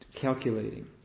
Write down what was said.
calculating